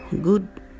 Good